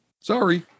sorry